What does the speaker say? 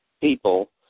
people